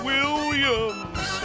Williams